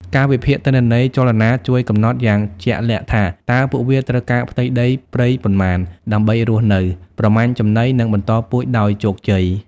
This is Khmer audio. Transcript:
ការវិភាគទិន្នន័យចលនាជួយកំណត់យ៉ាងជាក់លាក់ថា តើពួកវាត្រូវការផ្ទៃដីព្រៃប៉ុន្មាន ដើម្បីរស់នៅ ប្រមាញ់ចំណី និងបន្តពូជដោយជោគជ័យ។